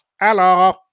Hello